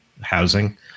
housing